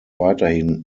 weiterhin